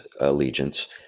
allegiance